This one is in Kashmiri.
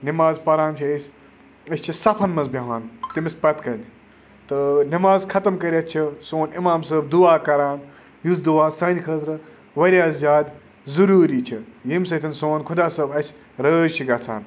نِماز پَران چھِ أسۍ أسۍ چھِ صفن منٛز بیٚہوان تٔمِس پَتہٕ کَنۍ تہٕ نٮ۪ماز ختم کٔرِتھ چھِ سون اِمام صٲب دُعا کَران یُس دُعا سانہِ خٲطرٕ واریاہ زیادٕ ضُروٗری چھِ ییٚمہِ سۭتۍ سون خۄدا صٲب اَسہِ رٲز چھِ گَژھان